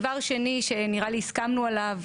דבר שני שנראה לי שהסכמנו עליו,